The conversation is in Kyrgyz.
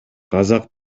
казак